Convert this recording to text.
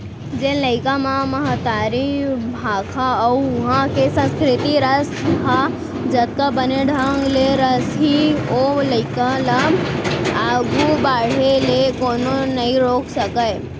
जेन लइका म महतारी भाखा अउ उहॉं के संस्कृति रस ह जतका बने ढंग ले रसही ओ लइका ल आघू बाढ़े ले कोनो नइ रोके सकयँ